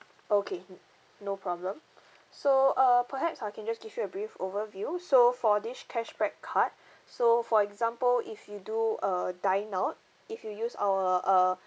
okay no problem so uh perhaps I can just give you a brief overview so for this cashback card so for example if you do a dine out if you use our uh